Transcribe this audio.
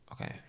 okay